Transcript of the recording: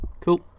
cool